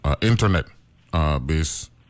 internet-based